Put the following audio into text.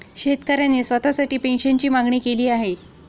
शेतकऱ्याने स्वतःसाठी पेन्शनची मागणी केली आहे